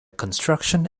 construction